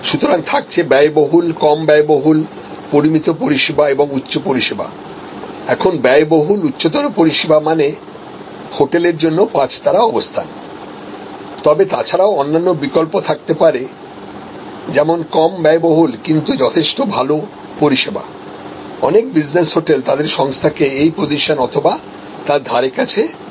সুতরাং থাকছে ব্যয়বহুল কম ব্যয়বহুল পরিমিত পরিষেবা এবং উচ্চ পরিষেবা এখন ব্যয়বহুল উচ্চতর পরিষেবা মানে হোটেলের জন্য পাঁচতারা অবস্থান তবে তাছাড়াও অন্যান্য বিকল্প থাকতে পারে যেমন কম ব্যয়বহুল কিন্তু যথেষ্ট ভালো পরিষেবাঅনেক বিজনেস হোটেল তাদের সংস্থাকে এই পজিশন অথবা তার ধারে কাছে রাখতে চায়